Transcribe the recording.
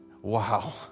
wow